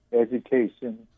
education